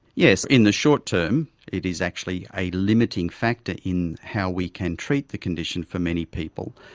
yes, in the short term it is actually a limiting factor in how we can treat the condition for many people.